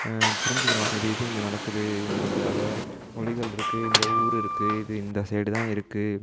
புரிஞ்சிக்கலாம் இது இது இங்கே நடக்குது இந்தெந்த மொழிகள் இருக்குது இந்த ஊர் இருக்குது இது இந்த சைடு தான் இருக்குது